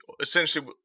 essentially